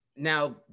Now